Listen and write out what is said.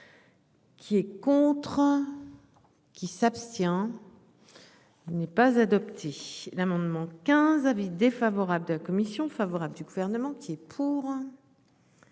Qui est contre. Qui s'abstient. Il n'est pas adopté l'amendement 15 avis défavorable de la commission favorable du gouvernement qui. Pour.